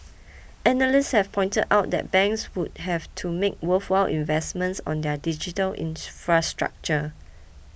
analysts have pointed out that banks would have to make worthwhile investments on their digital infrastructure